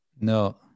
No